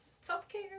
Self-care